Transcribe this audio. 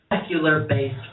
Secular-based